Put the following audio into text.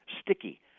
sticky